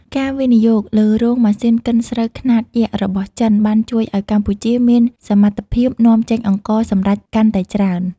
ការវិនិយោគលើរោងម៉ាស៊ីនកិនស្រូវខ្នាតយក្សរបស់ចិន បានជួយឱ្យកម្ពុជាមានសមត្ថភាពនាំចេញអង្ករសម្រេចកាន់តែច្រើន។